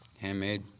Handmade